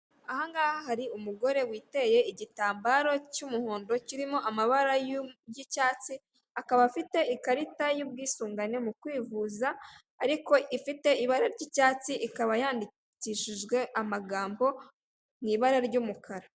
Ahangaha hari umugore witeye igitambaro cy'umuhondo kirimo amabara y'icyatsi akaba afite ikarita y'ubwisungane mu kwivuza ariko ifite ibara ry'icyatsi ikaba yandikishijwe amagambo mu ibara ry'umukara.